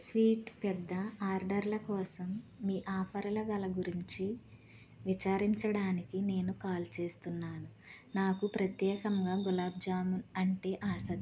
sweet పెద్ద ఆర్డర్ల కోసం మీ ఆఫర్ల గురించి విచారించడానికి నేను కాల్ చేస్తున్నాను నాకు ప్రత్యేకంగా గులాబీ జామున్ అంటే ఆసక్తి